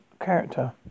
character